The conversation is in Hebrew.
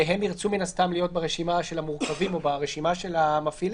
שירצו מן הסתם להיות ברשימה של המורכבים או ברשימה של המפעילים,